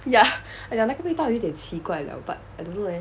ya and 那个味道有点奇怪 liao but I dunno eh